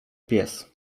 pies